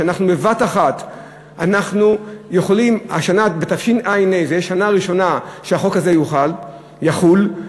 תשע"ה תהיה השנה הראשונה שהחוק הזה יחול,